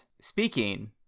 speaking